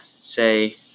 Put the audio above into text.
Say